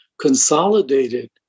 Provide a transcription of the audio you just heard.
consolidated